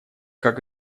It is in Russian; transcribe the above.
как